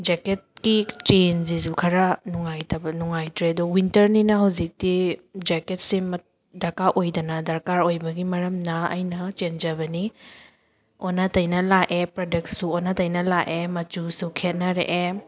ꯖꯦꯛꯀꯦꯠꯀꯤ ꯆꯦꯟꯁꯤꯁꯨ ꯈꯔ ꯅꯨꯡꯉꯥꯏꯇꯕ ꯅꯨꯡꯉꯥꯏꯇ꯭ꯔꯦ ꯑꯗꯨ ꯋꯤꯟꯇꯔꯅꯤꯅ ꯍꯧꯖꯤꯛꯇꯤ ꯖꯦꯛꯀꯦꯠꯁꯦ ꯗꯔꯀꯥꯔ ꯑꯣꯏꯗꯅ ꯗꯔꯀꯥꯔ ꯑꯣꯏꯕꯒꯤ ꯃꯔꯝꯅ ꯑꯩꯅ ꯆꯦꯟꯖꯕꯅꯤ ꯑꯣꯟꯅ ꯇꯩꯅꯅ ꯂꯥꯛꯑꯦ ꯄ꯭ꯔꯗꯛꯁꯨ ꯑꯣꯟꯅ ꯇꯩꯅꯅ ꯂꯥꯛꯑꯦ ꯃꯆꯨꯁꯨ ꯈꯦꯠꯅꯔꯛꯑꯦ